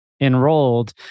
enrolled